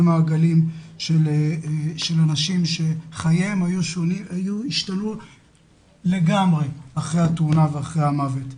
מעגלים של אנשים שחייהם השתנו לגמרי אחרי התאונה ואחרי המוות.